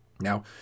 Now